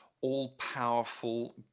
all-powerful